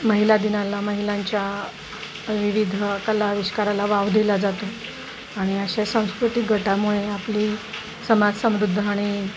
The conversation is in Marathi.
महिला दिनाला महिलांच्या विविध कलाविष्काराला वाव दिला जातो आणि अशा सांस्कृतिक गटामुळे आपली समाज समृद्ध आणि